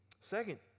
Second